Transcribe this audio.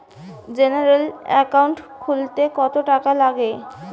General account খুলতে কত টাকা লাগবে?